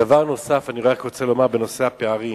דבר נוסף, אני רק רוצה לומר, בנושא הפערים,